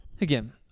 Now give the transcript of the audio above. again